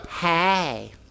hey